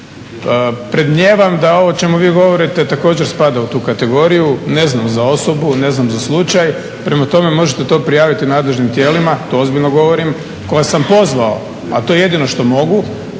Predmnijevam da ovo o čemu vi govorite također spada u tu kategoriju. Ne znam za osobu, ne znam za slučaj. Prema tome, možete to prijaviti nadležnim tijelima, to ozbiljno govorim koja sam pozvao, a to je jedino što mogu,